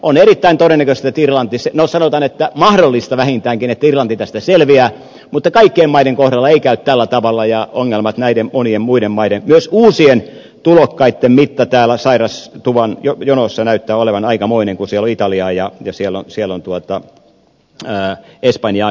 on erittäin todennäköistä no sanotaan että mahdollista vähintäänkin että irlanti tästä selviää mutta kaikkien maiden kohdalla ei käy tällä tavalla ja ongelmat näiden monien muiden maiden kohdalla pahenevat myös uusien tulokkaitten mitta täällä sairastuvan jonossa näyttää olevan aikamoinen kun siellä on italiaa ja siellä on espanjaakin